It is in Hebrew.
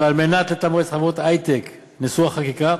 ועל מנת לתמרץ את חברות ההיי-טק מושא החקיקה,